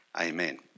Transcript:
amen